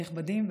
הנכבדים,